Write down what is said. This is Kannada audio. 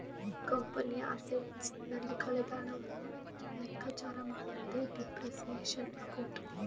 ಕಂಪನಿಯ ಅಸೆಟ್ಸ್ ನಲ್ಲಿ ಕಳೆದ ಹಣವನ್ನು ಲೆಕ್ಕಚಾರ ಮಾಡುವುದೇ ಡಿಪ್ರಿಸಿಯೇಶನ್ ಅಕೌಂಟ್